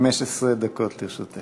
15 דקות לרשותך.